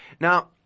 Now